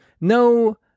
No